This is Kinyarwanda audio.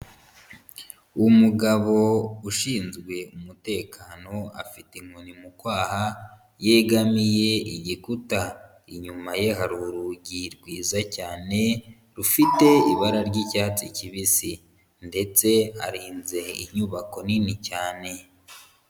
Umugabo ushinzwe umutekano afite inkoni mu kwaha, yegamiye igikuta. Inyuma ye hari urugi rwiza cyane rufite ibara ry'icyatsi kibisi ndetse arinze inyubako nini cyane.